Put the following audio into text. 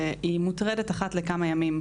והיא מוטרדת אחת לכמה ימים,